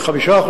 ב-5%,